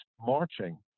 marching